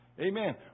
Amen